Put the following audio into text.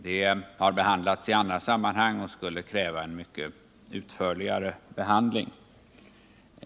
Den frågan har tagits upp i annat sammanhang och kräver en betydligt utförligare behandling.